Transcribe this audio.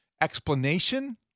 explanation